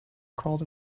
crawled